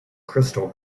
crystal